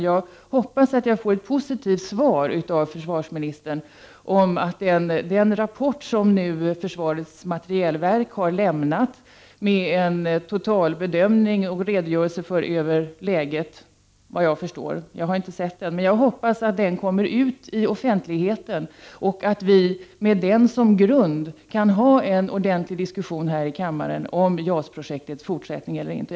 Jag hoppas att jag får ett positivt besked av försvarsministern om att den rapport som försvarets materielverk har lämnat med en — såvitt jag förstår, jag har inte sett den — totalbedömning och en redogörelse över läget kommer ut till offentligheten, och att vi med den som grund kan ha en ordentlig diskussion här i kammaren om huruvida JAS-projektet skall fortsätta eller inte.